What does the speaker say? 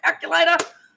calculator